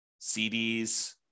CDs